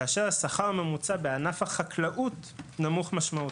כאשר השכר הממוצע בענף החקלאות נמוך משמעותית.